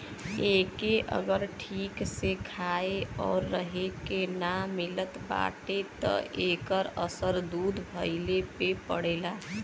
एके अगर ठीक से खाए आउर रहे के ना मिलत बाटे त एकर असर दूध भइले पे पड़ेला